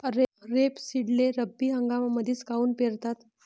रेपसीडले रब्बी हंगामामंदीच काऊन पेरतात?